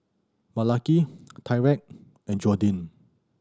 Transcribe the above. Malaki Tyrik and Jordyn